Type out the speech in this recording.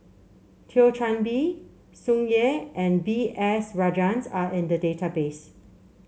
Thio Chan Bee Tsung Yeh and B S Rajhans are in the database